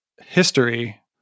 history